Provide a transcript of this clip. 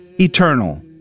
eternal